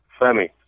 Femi